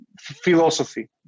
philosophy